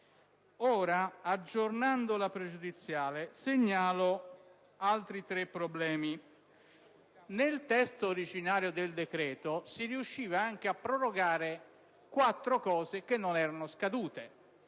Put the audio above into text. no. Aggiornando la pregiudiziale, segnalo altri tre problemi. Nel testo originario del decreto si riuscivano anche a prorogare quattro provvedimenti non scaduti